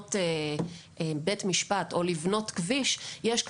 לבניית בית משפט או לבניית כביש יש מכרז.